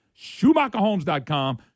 Schumacherhomes.com